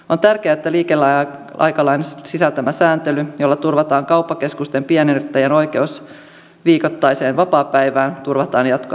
on tärkeää että liikeaikalain sisältämä sääntely jolla turvataan kauppakeskusten pienyrittäjien oikeus viikoittaiseen vapaapäivään turvataan jatkossakin